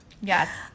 Yes